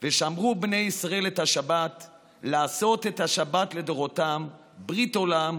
"ושמרו בני ישראל את השבת לעשות את השבת לדֹרֹתם ברית עולם.